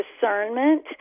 discernment